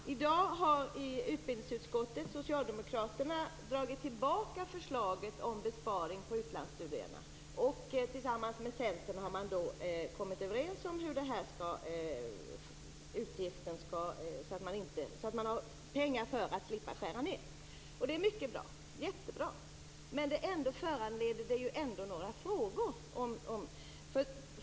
Fru talman! I dag har socialdemokraterna i utbildningsutskottet dragit tillbaka förslaget om besparing på de utlandsstuderande. Tillsammans med Centern har man kommit överens om hur man skall få fram pengar för att slippa skära ned. Det är mycket bra, jättebra. Men det föranleder ändå några frågor.